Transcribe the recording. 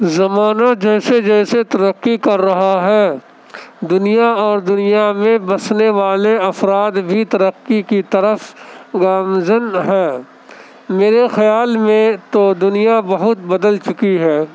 جیسے جیسے ترقی کر رہا ہے دنیا اور دنیا میں بسنے والے افراد بھی ترقی کی طرف گامزن ہیں میرے خیال میں تو دنیا بہت بدل چکی ہے